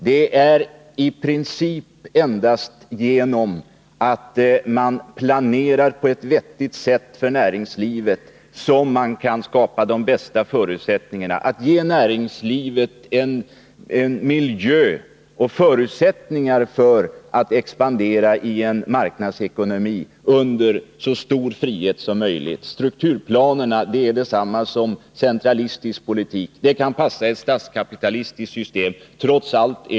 Det är i princip endast genom att planera på ett vettigt sätt för näringslivet, genom att ge näringslivet förutsättningar för att i så stor frihet som möjligt expandera i en marknadsekonomi som man kan skapa de bästa förutsättningarna för näringslivet. Strukturplaner är detsamma som centralistisk politik. De kan passa i ett statskapitalistiskt system.